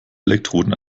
elektroden